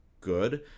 good